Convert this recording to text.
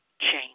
change